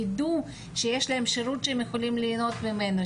יידעו שיש להן שירות שהן יכולות ליהנות ממנו,